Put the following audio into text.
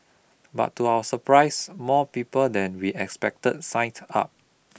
but to our surprise more people than we expected signed up